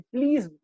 Please